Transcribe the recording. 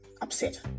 upset